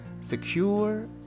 secure